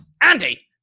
Andy